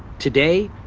today,